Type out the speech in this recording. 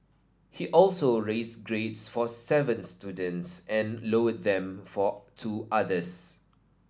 he also raised grades for seven students and lowered them for two others